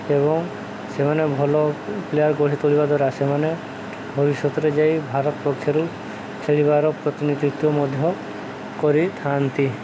ଏବଂ ସେମାନେ ଭଲ ପ୍ଲେୟାର ଗଢ଼ି ତୋଳିବା ଦ୍ୱାରା ସେମାନେ ଭବିଷ୍ୟତରେ ଯାଇ ଭାରତ ପକ୍ଷରୁ ଖେଳିବାର ପ୍ରତିନିଧିତ୍ୱ ମଧ୍ୟ କରିଥାନ୍ତି